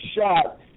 shot